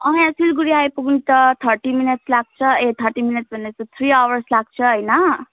अँ याँ सिलगढी आइपुग्नु त थर्टी मिनट लाग्छ ए थर्टी मिनट भनेछु थ्री आवर्स लाग्छ होइन